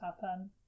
happen